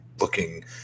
looking